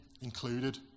included